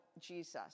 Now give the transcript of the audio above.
Jesus